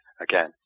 again